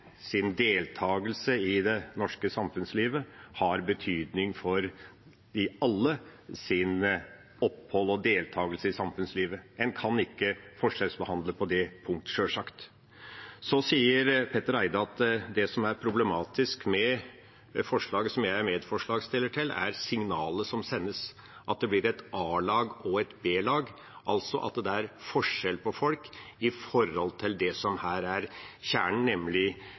deltakelse i det norske samfunnslivet har betydning for alles opphold og deltakelse i samfunnslivet. En kan sjølsagt ikke forskjellsbehandle på det punkt. Så sier Petter Eide at det som er problematisk med forslaget jeg er medforslagsstiller til, er signalet som sendes, at det blir et a-lag og et b-lag, altså at det er forskjell på folk når det gjelder det som her er kjernen, nemlig